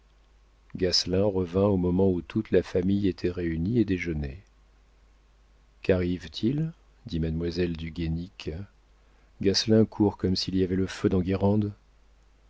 revint au moment où toute la famille était réunie et déjeunait qu'arrive-t-il dit mademoiselle du guénic gasselin court comme s'il y avait le feu dans guérande